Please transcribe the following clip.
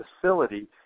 facility